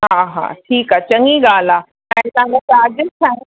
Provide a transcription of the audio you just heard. हा हा ठीकु आहे चङी ॻाल्हि आहे ऐं तव्हांजा चार्जिस छा आहिनि